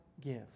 give